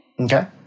Okay